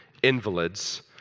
invalids